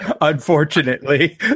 unfortunately